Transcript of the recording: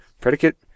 predicate